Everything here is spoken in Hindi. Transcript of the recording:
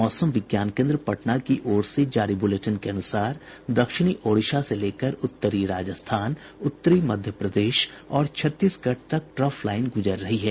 मौसम विज्ञान केन्द्र पटना की ओर से जारी बुलेटिन के अनुसार दक्षिणी ओड़िशा से लेकर उत्तरी राजस्थान उत्तरी मध्य प्रदेश और छत्तीगढ़ तक ट्रफ लाइन गुजर रही है